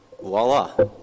voila